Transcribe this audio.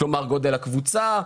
גודל הקבוצה.